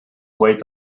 wait